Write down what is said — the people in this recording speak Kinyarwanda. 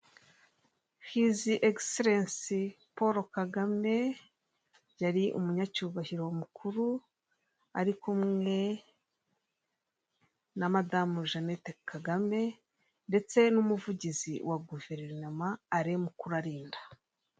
Hizi egiserensi Paul Kagame yari umunyacyubahiro mukuru ari kumwe na madamu Jeanette Kagame ndetse n'umuvugizi wa guverinoma Ale Mukurarinda.